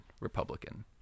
Republican